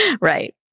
right